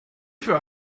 für